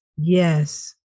Yes